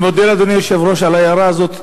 אני מודה לאדוני היושב-ראש על ההערה הזאת,